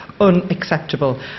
unacceptable